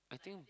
I think